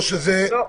לא.